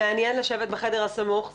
מעניין לשבת בחדר הסמוך.